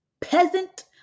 peasant